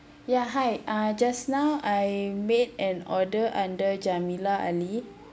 ya hi uh just now I made an order under jamilah ali